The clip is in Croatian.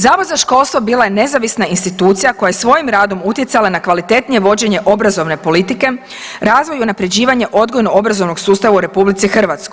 Zavod za školstvo bila je nezavisna institucija koja je svojim radom utjecala na kvalitetnije vođenje obrazovne politike, razvoj i unapređivanje odgojno-obrazovnog sustava u RH.